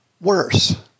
worse